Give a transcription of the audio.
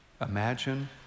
imagine